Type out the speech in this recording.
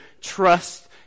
trust